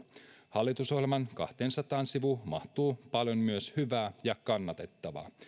hallitusohjelman kahteensataan sivuun mahtuu paljon myös hyvää ja kannatettavaa